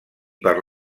per